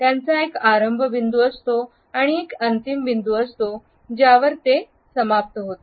त्यांचा एक आरंभ बिंदू असतो आणि एक अंतिम बिंदू असतो ज्यावर ते समाप्त होते